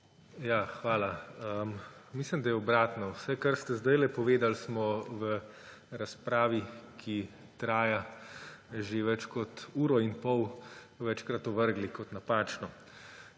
Hvala. Mislim, da je obratno. Vse, kar ste zdajle povedali, smo v razpravi, ki traja že več kot uro in pol, večkrat ovrgli kot napačno.